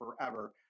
forever